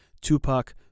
Tupac